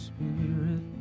Spirit